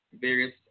various